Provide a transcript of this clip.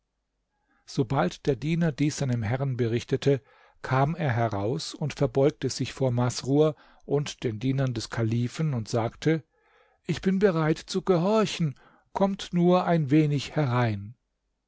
sobald der diener dies seinem herrn berichtete kam er heraus und verbeugte sich vor masrur und den dienern des kalifen und sagte ich bin bereit zu gehorchen kommt nur ein wenig herein